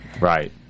Right